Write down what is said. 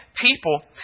people